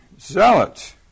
zealots